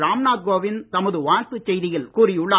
ராம் நாத் கோவிந்த் தமது வாழ்த்து செய்தியில் கூறியுள்ளார்